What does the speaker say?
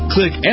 Click